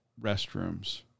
restrooms